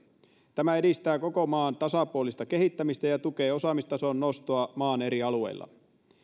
tämä edistää koko maan tasapuolista kehittämistä ja tukee osaamistason nostoa maan eri alueilla